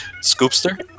Scoopster